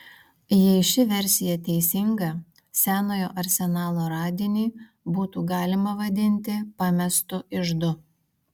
jei ši versija teisinga senojo arsenalo radinį būtų galima vadinti pamestu iždu